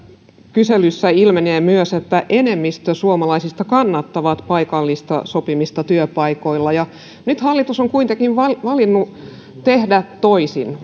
kyselystä ilmenee että enemmistö suomalaisista kannattaa paikallista sopimista työpaikoilla nyt hallitus on kuitenkin valinnut tehdä toisin